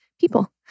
people